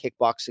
kickboxing